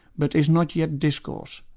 but is not yet discourse.